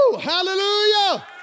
Hallelujah